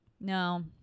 No